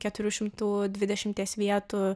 keturių šimtų dvidešimties vietų